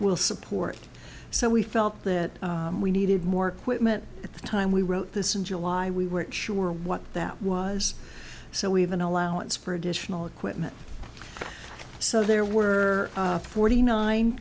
will support so we felt that we needed more quit at the time we wrote this in july we weren't sure what that was so we have an allowance for additional equipment so there were forty nine